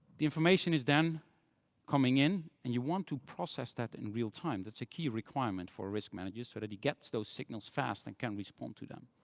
the information is then coming in, and you want to process that in real time. that's a key requirement for risk managers, so that he gets those signals fast and can respond to them.